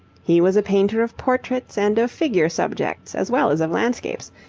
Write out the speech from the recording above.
he was a painter of portraits and of figure subjects as well as of landscapes,